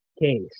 case